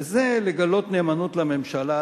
וזה לגלות נאמנות לממשלה,